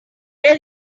there